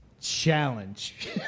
Challenge